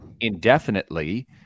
indefinitely